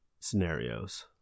scenarios